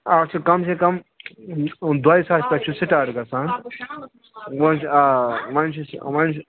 اَتھ چھُ کَم سے کَم دۄیہِ ساسہِ پٮ۪ٹھ چھُ سِٹاٹ گَژھان وۅنۍ چھِ آ وۅنۍ چھِ وۅنۍ چھِ